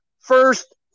first